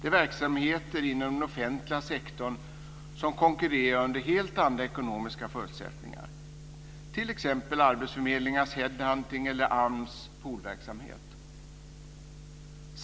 Det är verksamheter inom den offentliga sektorn som konkurrerar under helt andra ekonomiska förutsättningar. Det gäller t.ex. arbetsförmedlingarnas head hunting eller AMS poolverksamhet.